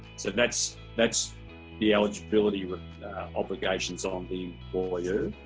so that's that's the eligibility with obligations on the employer